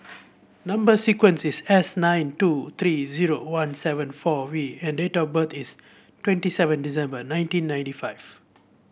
number sequence is S nine two three zero one seven four V and date of birth is twenty seven December nineteen ninety five